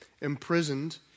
imprisoned